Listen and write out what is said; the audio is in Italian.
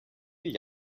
gli